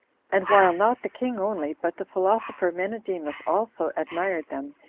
and while not the king only, but the philosopher menedemus also, admired them,